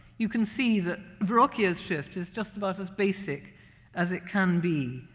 you can see that verrocchio's shift is just about as basic as it can be.